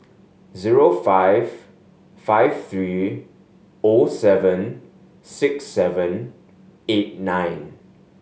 zero five five three O seven six seven eight nine